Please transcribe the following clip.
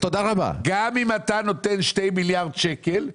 גם אם אתה נותן 2 מיליארד שקלים,